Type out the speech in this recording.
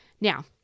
Now